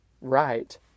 right